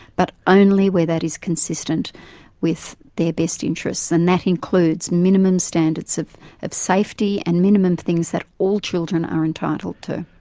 but only where that is consistent with their best interests, and that includes minimum standards of of safety and minimum things that all children are entitled to.